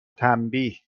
تنبیه